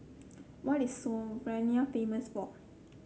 what is Slovenia famous for